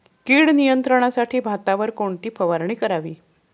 कीड नियंत्रणासाठी भातावर कोणती फवारणी करावी?